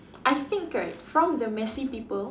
I think right from the messy people